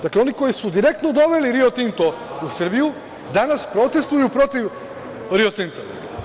Dakle, oni koji su direktno doveli „Rio Tinto“ u Srbiju danas protestvuju protiv „Rio Tinta“